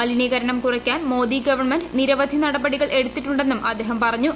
മലിനീകരണം കുറയ്ക്കാൻ മോദിഗവൺമെന്റ് നിരവധി നടപടികൾ എടുത്തിട്ടുണ്ടെന്നും അദ്ദേഹം പറഞ്ഞു